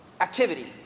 activity